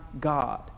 God